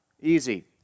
Easy